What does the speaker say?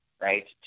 right